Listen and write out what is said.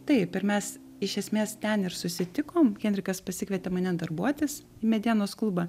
taip ir mes iš esmės ten ir susitikom henrikas pasikvietė mane darbuotis į medienos klubą